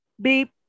Beep